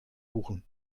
buchen